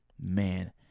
Man